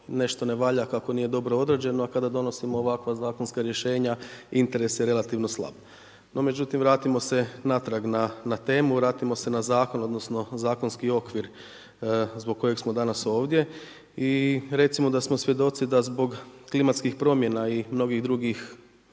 nešto ne valja, kako nije dobro odrađeno, a kada donosimo ovakva zakonska rješenja interes je relativno slab. No međutim vratimo se natrag na temu, vratimo se na zakon, odnosno zakonski okvir zbog kojeg smo danas ovdje i recimo da smo svjedoci da zbog klimatskih promjena i mnogih drugih